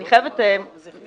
אני חייבת הקדמה.